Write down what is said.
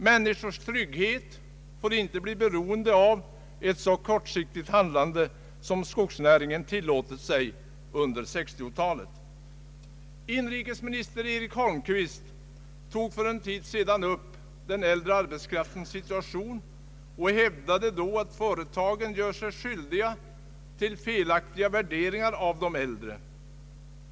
Människors trygghet får inte bli beroende av ett så kortsiktigt handlande som skogsnäringen tillåtit sig under 1960-talet. Inrikesminister Eric Holmqvist tog för en tid sedan upp den äldre arbetskraftens situation och hävdade att företagen gör sig skyldiga till felaktiga värderingar av de äldre.